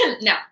No